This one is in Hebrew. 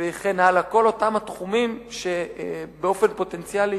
וכן הלאה, כל אותם התחומים שבאופן פוטנציאלי